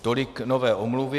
Tolik nové omluvy.